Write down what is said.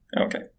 Okay